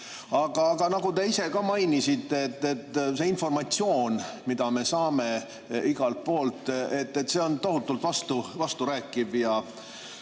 Aga nagu te ka ise mainisite, see informatsioon, mida me saame igalt poolt, on tohutult vasturääkiv.